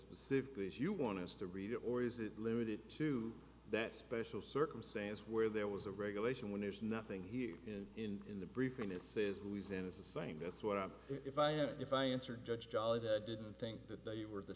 simply as you want us to read it or is it limited to that special circumstance where there was a regulation when there's nothing here and in the briefing it says louisiana st that's what i if i if i answer judge jolly that i didn't think that they were the